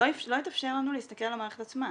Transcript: לא התאפשר לנו להסתכל על המערכת עצמה,